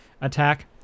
attack